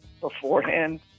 beforehand